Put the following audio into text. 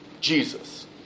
Jesus